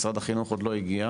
משרד החינוך עוד לא הגיע.